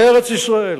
בארץ-ישראל.